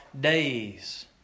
days